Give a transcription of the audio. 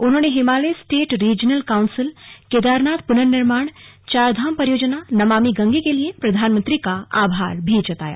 उन्होंने हिमालयी state regional council Kedarnath पुनर्निर्माण चारधाम परियोजना नमामि गंगे के लिए प्रधानमंत्री का आभार भी जताया